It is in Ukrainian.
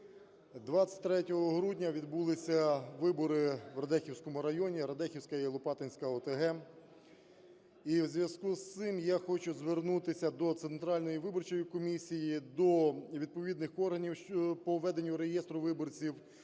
23 грудня відбулися вибори в Радехівському районі, Радехівська і Лопатинська ОТГ. І у зв'язку з цим я хочу звернутися до Центральної виборчої комісії, до відповідних органів по веденню реєстру виборців,